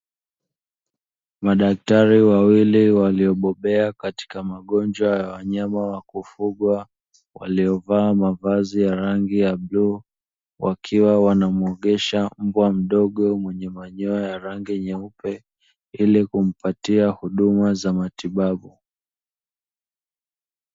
Madaktari wawili waliobobea katika magonjwa ya wanyama wa kufugwa; waliovaa mavazi ya rangi ya bluu wakiwa wanamuogesha mmbwa mdogo mwenye manyoya ya rangi nyeupe ili kumpatia huduma za matibabu.